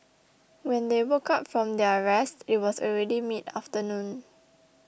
when they woke up from their rest it was already midafternoon